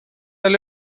eus